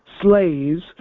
slaves